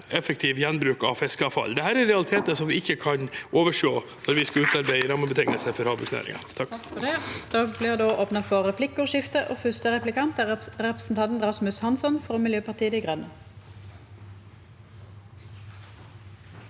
effektiv gjenbruk av fiskeavfall. Dette er realiteter som vi ikke kan overse når vi skal utarbeide rammebetingelsene for havbruksnæringen.